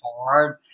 hard